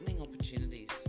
opportunities